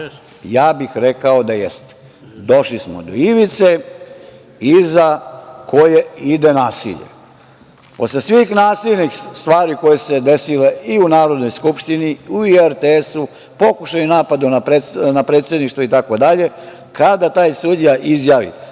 bih da jeste. Došli smo do ivice iza koje ide nasilje. Posle svih nasilja i stvari koje su se desile i u Narodnoj Skupštini, i u RTS-u, pokušaj napada na predsedništvo itd. Kada, taj sudija izjavi